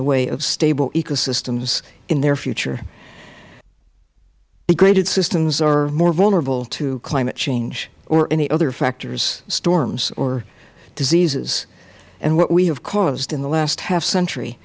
the way of stable ecosystems in their future degraded systems are more vulnerable to climate change or any other factors storms or diseases and what we have caused in the last half century